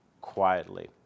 quietly